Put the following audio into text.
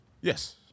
Yes